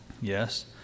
Yes